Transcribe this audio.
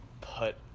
put